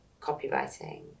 copywriting